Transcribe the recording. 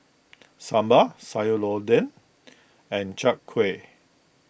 Sambal Sayur Lodeh and Chai Kuih